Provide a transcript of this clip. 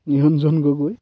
Niranjan Gogoi